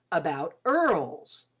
about earls.